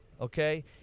okay